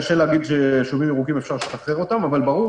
קשה להגיד שאפשר לשחרר יישובים ירוקים אבל ברור